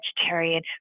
vegetarian